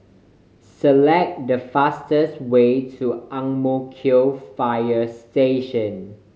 select the fastest way to Ang Mo Kio Fire Station